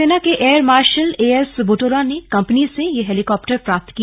वायुसेना के air marshal A S Butola ने कंपनी से यह हेलीकॉप्टर प्राप्त किया